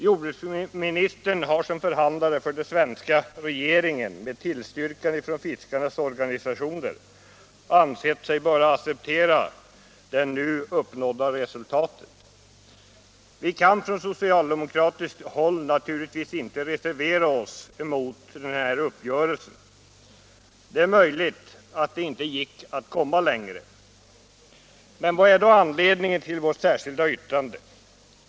Jordbruksministern har som förhandlare för den svenska regeringen med tillstyrkan från fiskarnas organisationer ansett sig böra acceptera det nu uppnådda resultatet. Vi kan från socialdemokratiskt håll naturligtvis inte reservera oss emot den här uppgörelsen. Det är möjligt att det inte gick att komma längre. Men vad är då anledningen till vårt särskilda yttrande?